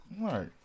Right